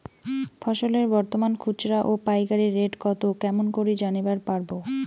ফসলের বর্তমান খুচরা ও পাইকারি রেট কতো কেমন করি জানিবার পারবো?